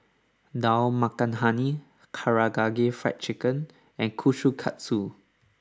Dal Makhani Karaage Fried Chicken and Kushikatsu